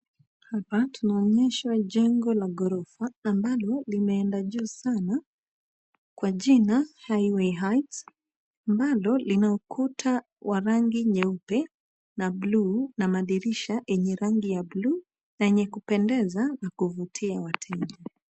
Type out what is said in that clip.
Hapa tunaonyeshwa jengo la ghorofa ambalo limeenda juu sana, kwa jina Highway Heights bado lina ukuta wa rangi nyeupe na bluu na madirisha yenye rangi ya bluu na yenye kupendeza na kuvutia wateja.